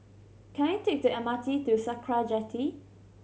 can I take the M R T to Sakra Jetty